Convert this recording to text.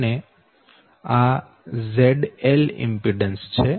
અને આ ત્રણ ZL ઈમ્પીડન્સ છે